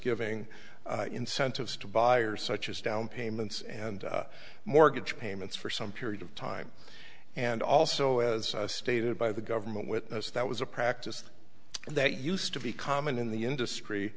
giving incentives to buyers such as down payments and mortgage payments for some period of time and also as stated by the government witness that was a practice that used to be common in the industry